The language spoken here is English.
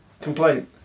complaint